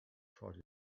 prodigy